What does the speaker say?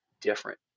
different